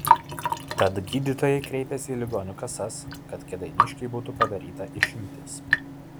tad gydytojai kreipėsi į ligonių kasas kad kėdainiškei būtų padaryta išimtis